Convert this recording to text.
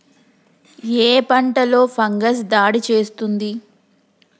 ఏ పంటలో ఫంగస్ దాడి చేస్తుంది?